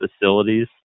facilities